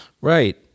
Right